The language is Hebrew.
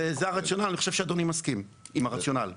אני חושב שאדוני מסכים עם הרציונל הזה.